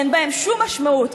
אין בהן שום משמעות.